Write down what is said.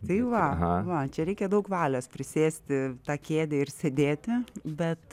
tai va va čia reikia daug valios prisėsti tą kėdę ir sėdėti bet